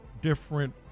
different